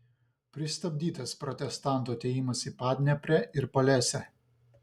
pristabdytas protestantų atėjimas į padneprę ir polesę